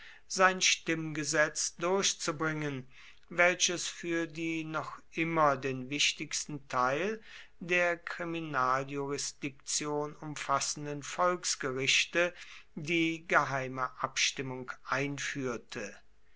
sein stimmgesetz durchzubringen welches für die noch immer den wichtigsten teil der kriminaljurisdiktion umfassenden volksgerichte die geheime abstimmung einführte